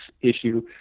issue